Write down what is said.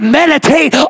meditate